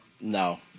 No